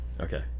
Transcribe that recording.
Okay